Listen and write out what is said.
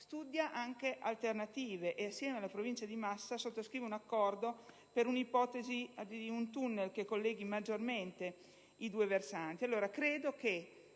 studia anche possibili alternative e, assieme alla Provincia di Massa, sottoscrive un accordo per l'ipotesi di un tunnel che colleghi maggiormente i due versanti.